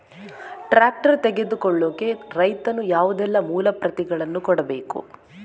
Tractor ತೆಗೊಳ್ಳಿಕೆ ರೈತನು ಯಾವುದೆಲ್ಲ ಮೂಲಪತ್ರಗಳನ್ನು ಕೊಡ್ಬೇಕು?